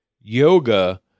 yoga